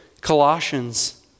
Colossians